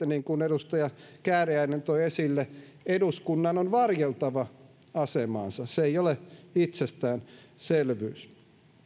niin kuin edustaja kääriäinen toi esille eduskunnan on varjeltava asemaansa se ei ole itsestäänselvyys